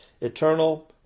eternal